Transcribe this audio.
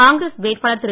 காங்கிரஸ் வேட்பாளர் திரு